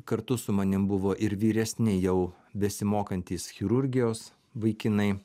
kartu su manim buvo ir vyresni jau besimokantys chirurgijos vaikinai